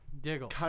Diggle